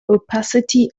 opacity